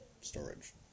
storage